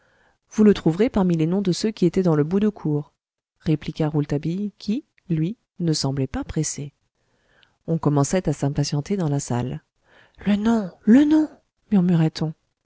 vous le trouverez parmi les noms de ceux qui étaient dans le bout de cour répliqua rouletabille qui lui ne semblait pas pressé on commençait à s'impatienter dans la salle le nom le nom murmurait on